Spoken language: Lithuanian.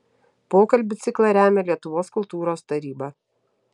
pokalbių ciklą remia lietuvos kultūros taryba